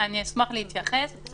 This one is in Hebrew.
זה